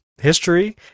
history